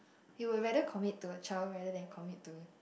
you will rather commit to a child rather than commit to